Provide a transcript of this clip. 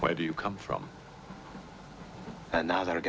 why do you come from another